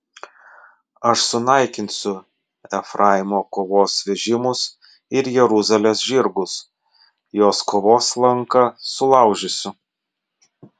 aš sunaikinsiu efraimo kovos vežimus ir jeruzalės žirgus jos kovos lanką sulaužysiu